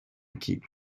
keep